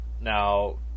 Now